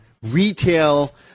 retail